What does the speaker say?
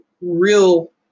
real